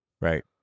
Right